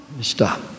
Stop